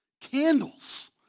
candles